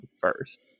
first